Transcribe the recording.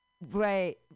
right